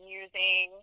using